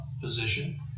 position